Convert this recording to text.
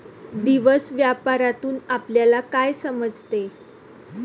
दिवस व्यापारातून आपल्यला काय समजते